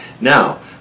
Now